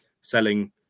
selling